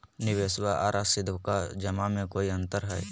निबेसबा आर सीधका जमा मे कोइ अंतर हय?